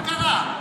מה קרה?